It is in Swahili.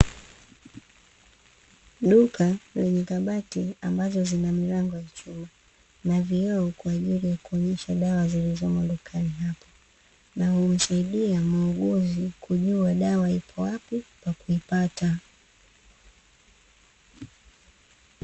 Duka lenye kabati ambazo zina milango ya chuma na vioo kwa ajili ya kuonyesha dawa zilizomo dukani hapo, na humsaidia muuguzi kujua dawa ipo wapi na kuipata.